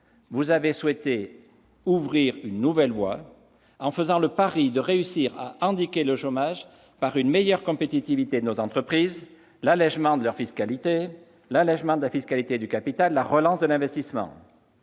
vous avez souhaité ouvrir une nouvelle voie en faisant le pari de réussir à endiguer le chômage par une meilleure compétitivité de nos entreprises, l'allégement de leur fiscalité, l'allégement de la fiscalité du capital, la relance de l'investissement.